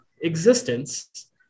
existence